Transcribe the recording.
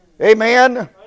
Amen